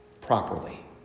properly